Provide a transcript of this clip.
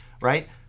right